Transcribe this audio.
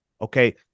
Okay